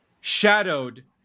shadowed